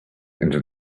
into